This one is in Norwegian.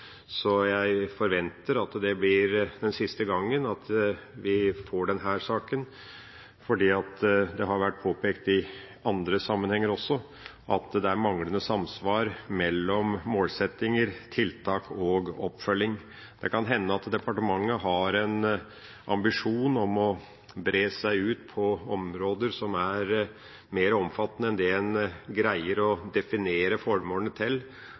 blir siste gang at vi får denne saken, for det har vært påpekt i andre sammenhenger også at det er manglende samsvar mellom målsettinger, tiltak og oppfølging. Det kan hende at departementet har en ambisjon om å bre seg ut på områder som er mer omfattende enn en greier å definere formålene til